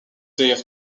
days